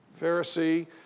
Pharisee